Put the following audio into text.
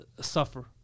suffer